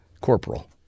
corporal